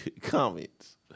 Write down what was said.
comments